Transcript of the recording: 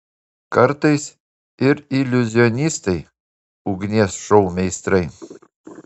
kartais ir iliuzionistai ugnies šou meistrai